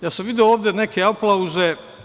Ja sam video ovde neke aplauze.